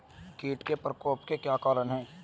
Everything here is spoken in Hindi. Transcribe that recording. कीट के प्रकोप के क्या कारण हैं?